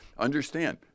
Understand